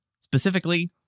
Specifically